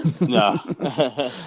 No